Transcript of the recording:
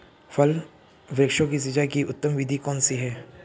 फल वृक्षों की सिंचाई की उत्तम विधि कौन सी है?